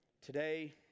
today